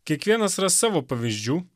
kiekvienas ras savo pavyzdžių